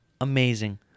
amazing